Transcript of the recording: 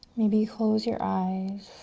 maybe close your eyes.